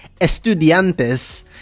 Estudiantes